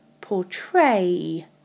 Portray